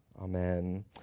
Amen